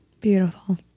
Beautiful